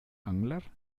angler